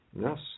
Yes